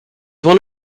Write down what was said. one